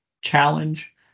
challenge